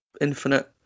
Infinite